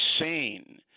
insane